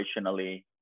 operationally